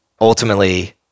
ultimately